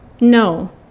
no